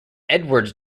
edwards